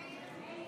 אינו נוכח יום טוב חי